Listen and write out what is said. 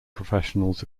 professionals